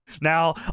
now